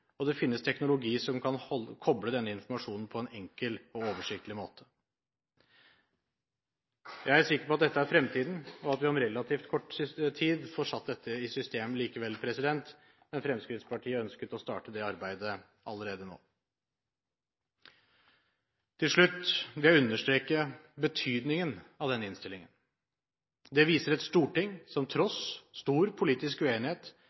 og det finnes teknologi som kan koble denne informasjonen på en enkel og oversiktlig måte. Jeg er sikker på at dette er fremtiden, og at vi om relativt kort tid får satt dette i system, men Fremskrittspartiet ønsker å starte dette arbeidet allerede nå. Til slutt vil jeg understreke betydningen av denne innstillingen. Den viser et storting som tross stor politisk uenighet